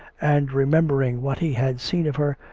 and remembering what he had seen of her,